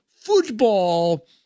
football